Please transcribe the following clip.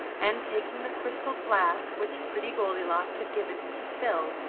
and, taking the crystal flask which pretty goldilocks had given him to fill,